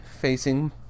facing